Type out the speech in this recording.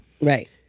Right